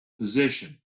position